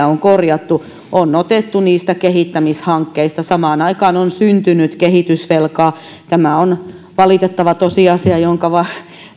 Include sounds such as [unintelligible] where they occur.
[unintelligible] on korjattu on otettu niistä kehittämishankkeista samaan aikaan on syntynyt kehitysvelkaa tämä on valitettava tosiasia